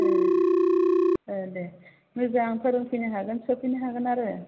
ए दे मोजां फोरोंफैनो हागोन सोफैनो हागोन आरो